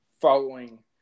following